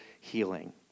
healing